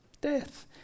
death